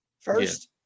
first